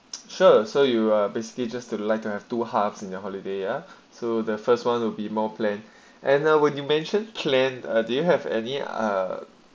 sure so you are basically just to like to have two halves in your holiday ah so the first one will be more plan now we're dimension clan or they have any uh